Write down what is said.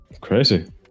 crazy